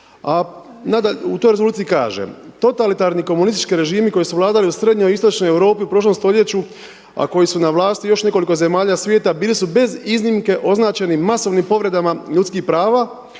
režima. U toj rezoluciji kaže „Totalitarni komunistički režimi koji su vladali u srednjoj i istočnoj Europi u prošlom stoljeću, a koji su na vlasti u još nekoliko zemalja svijeta bili su bez iznimke označeni masovnim povredama ljudskih prava,